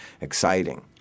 exciting